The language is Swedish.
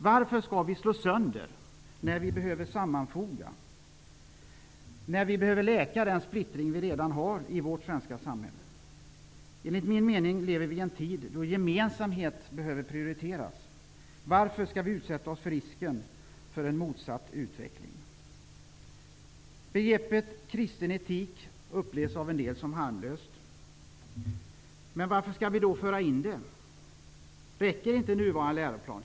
Varför skall vi slå sönder, när vi behöver sammanfoga, när vi behöver läka den splittring som vi redan har i det svenska samhället? Enligt min mening lever vi i en tid då gemensamhet behöver prioriteras. Varför skall vi utsätta oss för risken för en motsatt utveckling? Begreppet kristen etik upplevs av en del som harmlöst, men varför skall vi då föra in det? Räcker inte nuvarande läroplan?